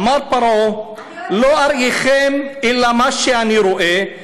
אמר פרעה: לא אראכם אלא מה שאני רואה,